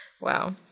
Wow